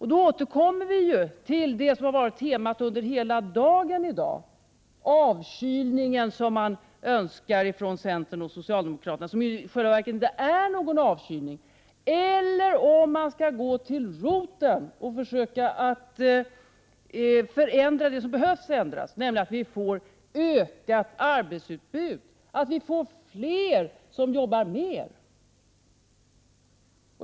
Jag återkommer i det sammanhanget till det som har varit temat för debatten under hela dagen, nämligen om vi skall ha en sådan avkylning som centern och socialdemokraterna önskar genomföra men som i själva verket inte är någon avkylning, eller om vi skall angripa problemet vid roten och försöka att förändra det som behöver förändras, dvs. försöker få till stånd ett ökat arbetsutbud, vilket innebär att fler jobbar mer.